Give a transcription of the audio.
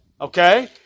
Okay